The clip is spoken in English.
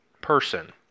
person